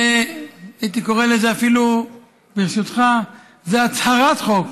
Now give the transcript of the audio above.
אפילו הייתי קורא לזה, ברשותך: זו הצהרת חוק,